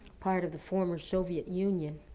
part of the former soviet union.